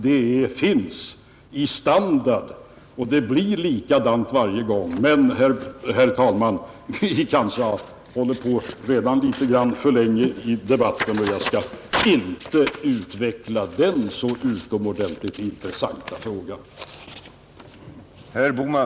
Det finns i standard, och det blir likadant varje gång. Men, herr talman, vi har kanske redan hållit på för länge med denna debatt, och jag skall inte utveckla den så utomordentligt intressanta frågan.